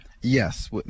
Yes